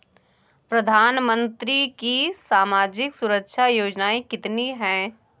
प्रधानमंत्री की सामाजिक सुरक्षा योजनाएँ कितनी हैं?